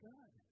God